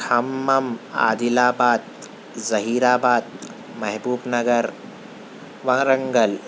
کھمّم Adilabad Zaheerabad Mahbubnagar Warangal